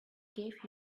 gave